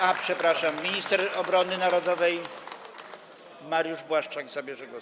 A, przepraszam, minister obrony narodowej Mariusz Błaszczak zabierze głos.